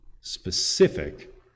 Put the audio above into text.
specific